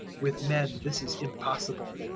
with men this is impossible,